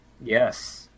Yes